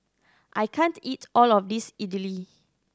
I can't eat all of this Idili